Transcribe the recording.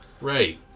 Right